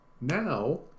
now